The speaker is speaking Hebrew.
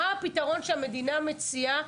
מה הפתרון שהמדינה מציעה?